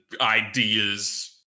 ideas